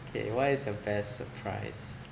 K what is your best surprise